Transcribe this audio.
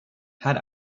had